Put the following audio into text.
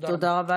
תודה רבה.